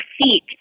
feet